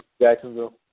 Jacksonville